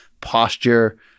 posture